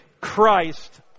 Christ